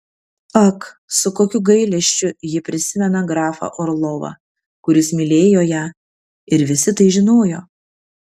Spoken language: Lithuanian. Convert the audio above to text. ak su kokiu gailesčiu ji prisimena grafą orlovą kuris mylėjo ją ir visi tai žinojo